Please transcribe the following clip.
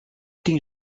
tien